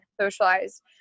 socialized